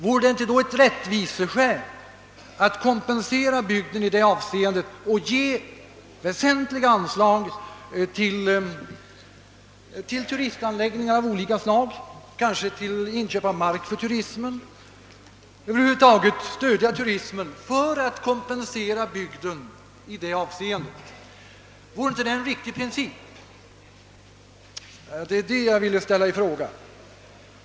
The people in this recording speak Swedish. Vore det inte då rättvist att ge väsentliga anslag till turistanläggningar av olika slag och kanske till inköp av mark för turismen, att över huvud taget stödja turismen för att kompensera bygden i detta avseende? Det är detta jag vill sätta i fråga.